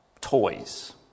toys